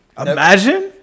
Imagine